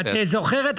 את זוכרת,